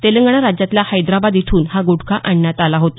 तेलंगणा राज्यातल्या हैदराबाद इथून हां गटखा आणण्यात आला होता